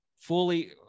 fully